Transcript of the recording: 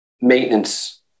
maintenance